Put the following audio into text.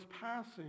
passing